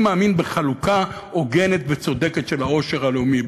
אני מאמין בחלוקה הוגנת וצודקת של העושר הלאומי.